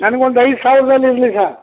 ನನ್ಗೊಂದು ಐದು ಸಾವಿರದಲ್ ಇರಲಿ ಸರ್